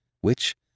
which